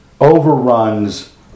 overruns